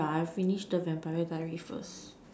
yeah I will finish the Vampire diaries first